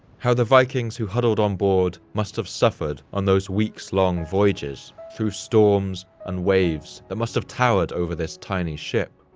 how the vikings who huddled on board must have suffered on those weeks-long voyages through storms and waves that must have towered over this tiny ship.